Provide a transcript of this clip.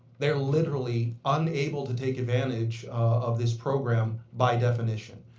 they're literally unable to take advantage of this program. by definition